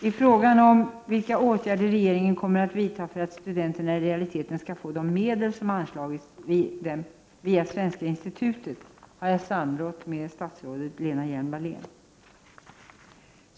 I frågan om vilka åtgärder regeringen kommer att vidta för att studenterna i realiteten skall få de medel som anslagits till dem via Svenska Institutet har jag samrått med statsrådet Lena Hjelm-Wallén.